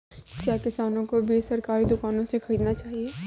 क्या किसानों को बीज सरकारी दुकानों से खरीदना चाहिए?